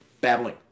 Babbling